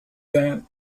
that